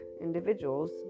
individuals